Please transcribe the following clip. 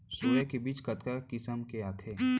Soya के बीज कतका किसम के आथे?